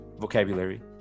vocabulary